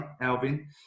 Alvin